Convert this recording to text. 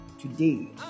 today